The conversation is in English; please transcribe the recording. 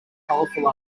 colorful